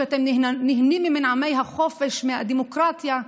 שאתם נהנים ממנעמי החופש ומהדמוקרטיה.